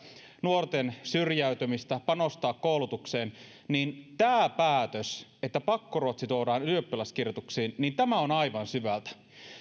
nuorten syrjäytymistä panostaa koulutukseen mutta tämä päätös että pakkoruotsi tuodaan ylioppilaskirjoituksiin on aivan syvältä